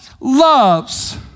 loves